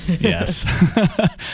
Yes